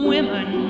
Women